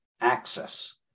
access